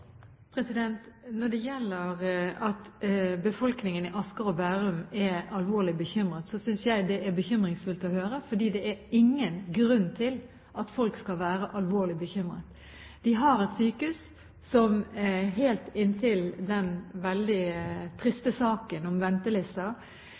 Asker og Bærum er alvorlig bekymret, synes jeg det er bekymringsfullt å høre, for det er ingen grunn til at folk skal være alvorlig bekymret. De har et sykehus som helt inntil den veldig